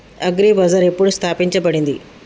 Agri bazaar ఎప్పుడు స్థాపించబడింది?